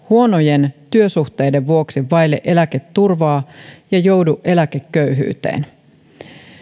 huonojen työsuhteiden vuoksi vaille eläketurvaa ja joudu eläkeköyhyyteen